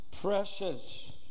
Precious